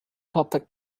public